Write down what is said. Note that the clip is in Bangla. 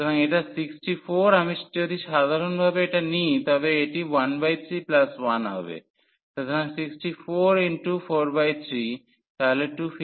সুতরাং এটা 64 আমি যদি সাধারণভাবে এটা নিই তবে এটি 131 হবে সুতরাং 64×43 তাহলে 2563